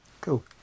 Cool